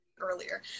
earlier